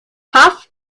tough